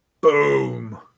Boom